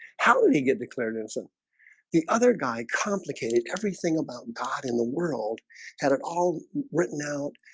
how did he get declared innocent the other guy complicated everything about god in the world had it all written out?